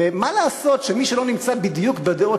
ומה לעשות שמי שלא נמצא בדיוק בדעות